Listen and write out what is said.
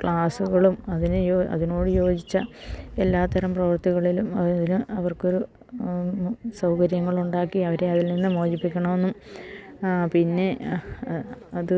ക്ലാസ്സുകളിലും അതിന് അതിനോട് യോജിച്ച എല്ലാതരം പ്രവർത്തികളിലും അവർക്കൊരു സൗകര്യങ്ങളുണ്ടാക്കി അവരെ അതിൽ നിന്ന് മോചിപ്പിക്കണമെന്നും പിന്നെ അത്